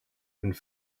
and